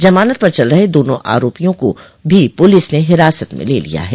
जमानत पर चल रहे दोनों आरोपियों को भी पुलिस ने हिरासत में ले लिया है